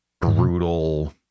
brutal